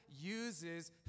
uses